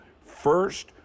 first